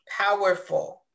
Powerful